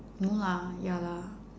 no lah ya lah